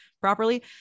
properly